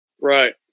Right